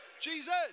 Jesus